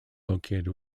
located